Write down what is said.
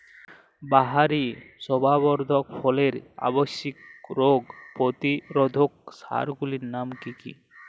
বাহারী শোভাবর্ধক ফসলের আবশ্যিক রোগ প্রতিরোধক সার গুলির নাম কি কি?